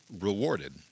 rewarded